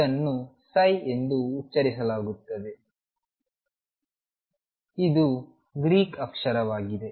ಇದನ್ನು Psi ಎಂದು ಉಚ್ಚರಿಸಲಾಗುತ್ತದೆ ಇದು ಗ್ರೀಕ್ ಅಕ್ಷರವಾಗಿದೆ